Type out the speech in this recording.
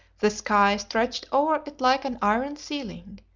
the sky stretched over it like an iron ceiling,